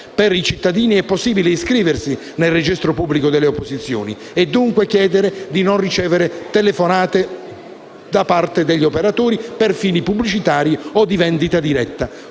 per i cittadini, è possibile iscriversi nel registro pubblico delle opposizioni e, dunque, chiedere di non ricevere telefonate da parte degli operatori per fini pubblicitari o di vendita diretta,